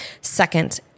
Second